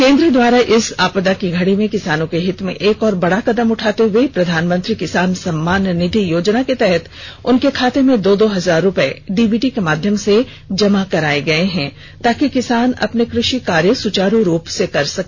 केंद्र द्वारा इस आपदा की घड़ी में किसानों के हित में एक और बड़ा कदम उठाते हुए प्रधानमंत्री किसान सम्मान निधि योजना के तहत उनके खाते में दो दो हजार रुपए डीवीटी के माध्यम से जमा करवाए गए हैं ताकि किसान अपने कृषि कार्य सुचारू रूप से कर सके